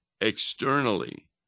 externally